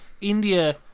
India